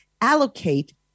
allocate